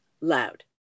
loud